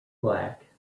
black